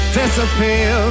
disappear